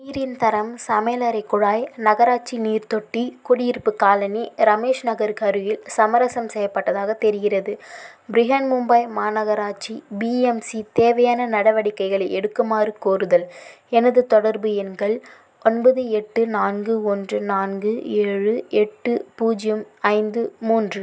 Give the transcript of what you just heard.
நீரின் தரம் சமையலறை குழாய் நகராட்சி நீர் தொட்டி குடியிருப்பு காலனி ரமேஷ் நகருக்கு அருகில் சமரசம் செய்யப்பட்டதாகத் தெரிகிறது பிரஹன் மும்பை மாநகராட்சி பிஎம்சி தேவையான நடவடிக்கைகளை எடுக்குமாறு கோருதல் எனது தொடர்பு எண்கள் ஒன்பது எட்டு நான்கு ஒன்று நான்கு ஏழு எட்டு பூஜ்ஜியம் ஐந்து மூன்று